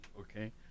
okay